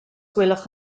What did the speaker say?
gwelwch